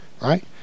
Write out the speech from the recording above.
right